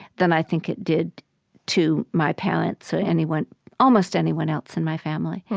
than i think it did to my parents or anyone almost anyone else in my family.